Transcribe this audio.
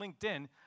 LinkedIn